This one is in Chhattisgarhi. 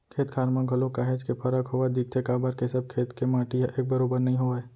खेत खार म घलोक काहेच के फरक होवत दिखथे काबर के सब खेत के माटी ह एक बरोबर नइ होवय